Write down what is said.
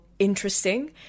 Interesting